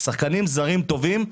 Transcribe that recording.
שחקנים זרים טובים,